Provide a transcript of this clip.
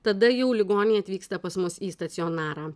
tada jau ligoniai atvyksta pas mus į stacionarą